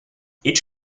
each